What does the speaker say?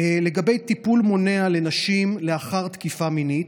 לגבי טיפול מונע לנשים לאחר תקיפה מינית: